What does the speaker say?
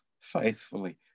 faithfully